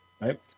Right